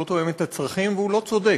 הוא לא תואם את הצרכים והוא לא צודק.